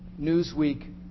Newsweek